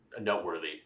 noteworthy